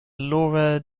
laura